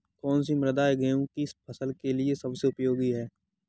कौन सी मृदा गेहूँ की फसल के लिए सबसे उपयोगी है?